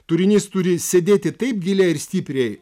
turinys turi sėdėti taip giliai ir stipriai